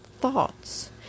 thoughts